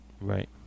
Right